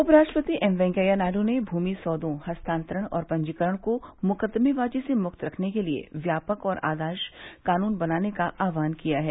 उपराष्ट्रपति एम वेंकैया नायडू ने भूमि सौदों हस्तांतरण और पंजीकरण को मुकदमेबाजी से मुक्त रखने के लिए व्यापक और आदर्श कानून बनाने का आह्वान किया है